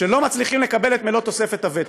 שלא מצליחים לקבל את מלוא תוספת הוותק,